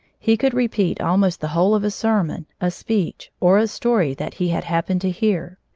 he could repeat almost the whole of a sermon, a speech, or a story that he had happened to hear.